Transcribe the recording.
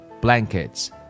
Blankets